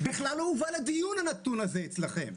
בכלל לא הובא לדיון הנתון הזה אצלכם.